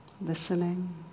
listening